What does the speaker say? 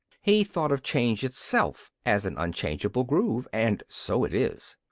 he thought of change itself as an unchangeable groove and so it is.